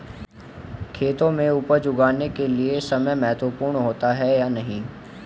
खेतों में उपज उगाने के लिये समय महत्वपूर्ण होता है या नहीं?